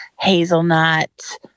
hazelnut